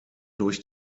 durch